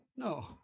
No